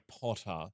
Potter